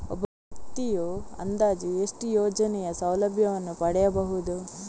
ಒಬ್ಬ ವ್ಯಕ್ತಿಯು ಅಂದಾಜು ಎಷ್ಟು ಯೋಜನೆಯ ಸೌಲಭ್ಯವನ್ನು ಪಡೆಯಬಹುದು?